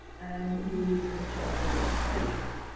and you're losing a chunk of occupations.